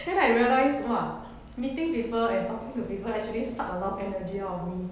then I realised !wah! meeting people and talking to people actually suck a lot of energy out of me